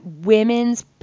women's